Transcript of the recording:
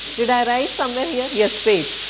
did i write somewhere here? yes, fate,